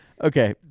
Okay